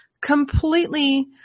completely